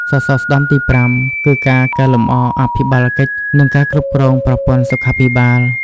សសរស្តម្ភទី៥គឺការកែលម្អអភិបាលកិច្ចនិងការគ្រប់គ្រងប្រព័ន្ធសុខាភិបាល។